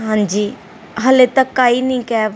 ਹਾਂਜੀ ਹਾਲੇ ਤੱਕ ਆਈ ਨਹੀਂ ਕੈਬ